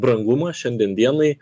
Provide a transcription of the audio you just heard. brangumą šiandien dienai